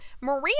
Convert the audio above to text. Maria